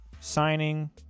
signing